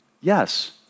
Yes